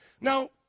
Now